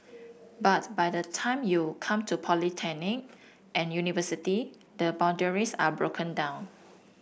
but by the time you come to polytechnic and university the boundaries are broken down